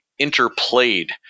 interplayed